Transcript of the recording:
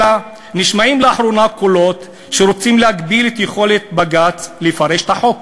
אלא לאחרונה נשמעים קולות שרוצים להגביל את יכולת בג"ץ לפרש את החוק.